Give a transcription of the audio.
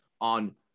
on